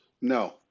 No